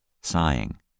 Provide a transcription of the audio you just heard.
sighing